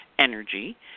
energy